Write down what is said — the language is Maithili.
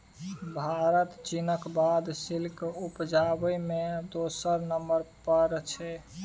भारत चीनक बाद सिल्क उपजाबै मे दोसर नंबर पर छै